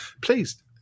please